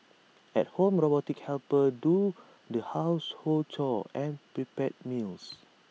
at home robotic helpers do the household chores and prepare meals